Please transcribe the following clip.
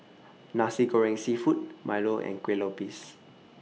Nasi Goreng Seafood Milo and Kueh Lopes